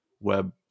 web